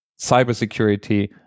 cybersecurity